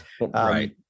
right